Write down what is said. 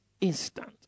instant